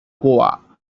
goa